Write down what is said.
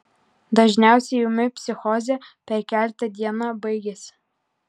dažniausiai ūmi psichozė per keletą dieną baigiasi